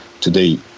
today